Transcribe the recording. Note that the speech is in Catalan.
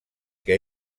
que